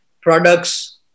products